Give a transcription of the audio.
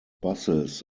buses